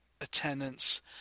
attendance